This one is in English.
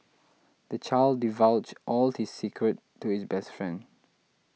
the child divulged all his secrets to his best friend